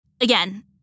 Again